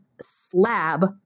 Slab